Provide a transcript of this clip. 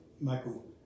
Michael